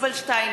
יובל שטייניץ,